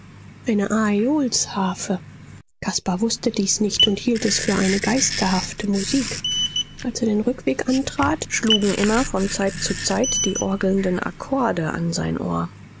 aeolsharfe caspar wußte dies nicht und hielt es für eine geisterhafte musik als er den rückweg antrat schlugen immer von zeit zu zeit die orgelnden akkorde an sein ohr